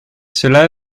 celà